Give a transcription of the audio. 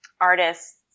artists